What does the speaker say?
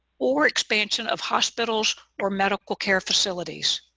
or expansion of hospitals or medical care facilities.